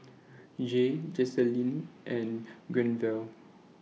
Jaye Joselin and Granville